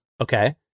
Okay